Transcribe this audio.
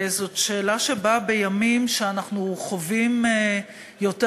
זאת שאלה שבאה בימים שאנחנו חווים יותר